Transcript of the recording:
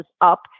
up